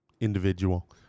individual